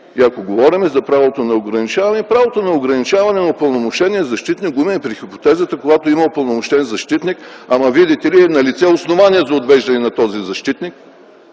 И ако говорим за правото на ограничаване, правото на ограничаване на упълномощения защитник го има и при хипотезата, когато има упълномощен защитник, ама, виждате ли е налице основание за отвеждане на този защитник